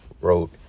wrote